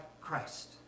Christ